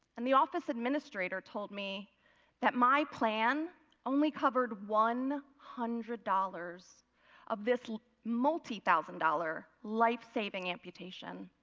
and the office administrator told me that my plan only covered one hundred dollars of this multithousand dollars life-saving amputation.